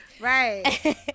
Right